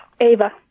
Ava